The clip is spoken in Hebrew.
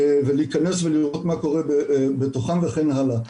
ולהיכנס ולראות מה קורה בתוכם וכן הלאה.